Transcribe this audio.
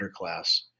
underclass